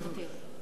את זה.